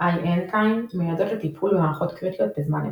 INtime מיועדות לטיפול במערכות קריטיות בזמן אמת.